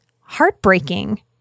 heartbreaking